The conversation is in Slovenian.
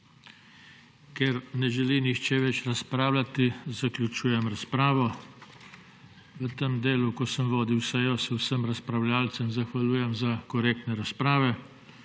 Ker ne želi nihče več razpravljati, zaključujem razpravo. V tem delu, ko sem vodil sejo, se vsem razpravljavcev zahvaljujem za korektne razprave.